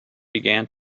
began